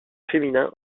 féminin